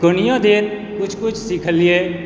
कनिए देर किछु किछु सिखलियै